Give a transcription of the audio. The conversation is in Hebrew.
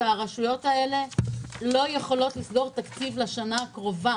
שהרשויות הללו לא יכולות לסגור תקציב לשנה הקרובה,